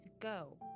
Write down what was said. go